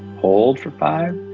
hold for five.